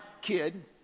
kid